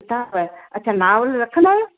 किताब अच्छा नॉविल रखंदा आहियो